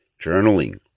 journaling